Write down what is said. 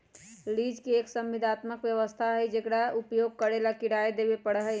lease एक संविदात्मक व्यवस्था हई जेकरा उपयोग करे ला किराया देवे पड़ा हई